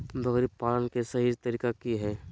बकरी पालन के सही तरीका की हय?